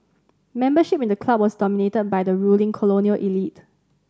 membership in the club was dominated by the ruling colonial elite